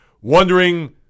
wondering